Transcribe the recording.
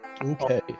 Okay